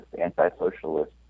anti-socialist